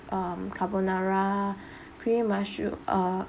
um carbonara creamy mushroom uh